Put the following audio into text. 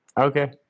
Okay